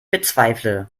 bezweifle